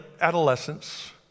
adolescence